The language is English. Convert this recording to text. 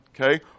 okay